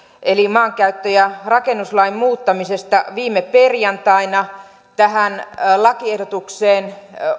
eli maankäyttö ja rakennuslain muuttamisesta viime perjantaina tähän lakiehdotukseen